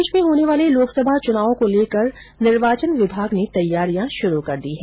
प्रदेश में होने वाले लोकसभा चुनावों को लेकर निर्वाचन विभाग ने तैयारियां शुरू कर दी है